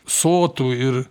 sotų ir